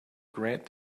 grant